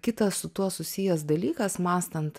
kitas su tuo susijęs dalykas mąstant